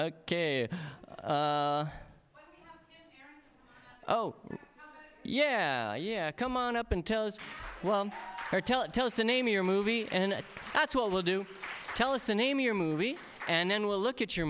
oh yeah yeah come on up and tell us tell it tell us the name of your movie and that's what we'll do tell us a name of your movie and then we'll look at your